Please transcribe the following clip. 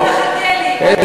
אין